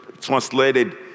translated